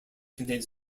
contains